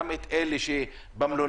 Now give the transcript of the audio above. גם את אלה שבמלוניות.